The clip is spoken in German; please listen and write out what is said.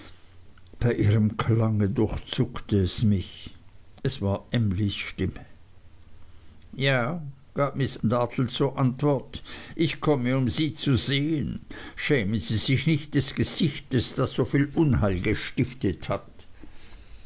bei ihrem klange durchzuckte es mich es war emlys stimme ja gab miß dartle zur antwort ich komme um sie zu sehen schämen sie sich nicht des gesichtes das so viel unheil angestiftet hat